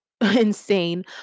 insane